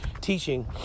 teaching